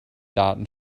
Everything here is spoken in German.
daten